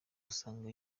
usanga